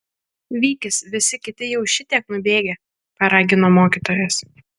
vykis visi kiti jau šitiek nubėgę paragino mokytojas